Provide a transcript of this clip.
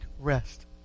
rest